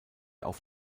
auf